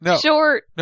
short